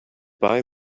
buy